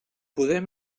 poder